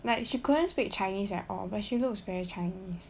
like she couldn't speak chinese at all but she looks very chinese